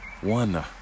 One